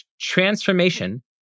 transformation